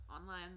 online